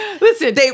Listen